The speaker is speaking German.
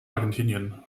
argentinien